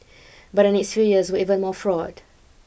but the next few years were even more fraught